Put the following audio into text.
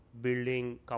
building